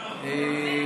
לא יפה.